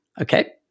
okay